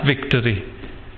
victory